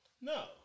No